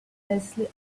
lesley